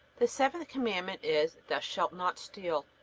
the seventh commandment is thou shalt not steal.